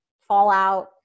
fallout